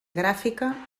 gràfica